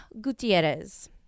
Gutierrez